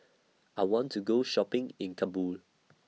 I want to Go Shopping in Kabul